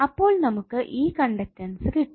അപ്പോൾ നമുക്ക് ഈ കണ്ടക്ടസ്സ് കിട്ടി